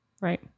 Right